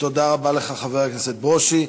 תודה רבה לך, חבר הכנסת ברושי.